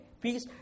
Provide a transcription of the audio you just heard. peace